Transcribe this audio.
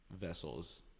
vessels